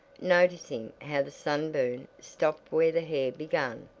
noticing how the sunburn stopped where the hair began,